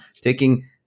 taking